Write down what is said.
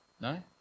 No